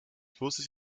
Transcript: flusses